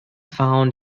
found